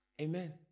Amen